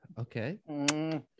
Okay